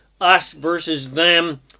us-versus-them